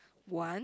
one